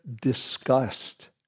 disgust